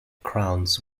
crowns